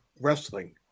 wrestling